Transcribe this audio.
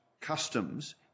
customs